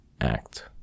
Act